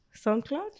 SoundCloud